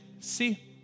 see